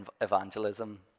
evangelism